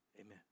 Amen